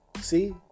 see